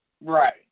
Right